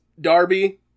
Darby